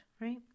right